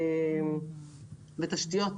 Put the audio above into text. תשתיות,